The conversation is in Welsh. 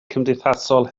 cymdeithasol